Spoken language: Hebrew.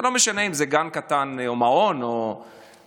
וזה לא משנה אם זה גן קטן או מעון או עסק